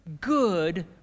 good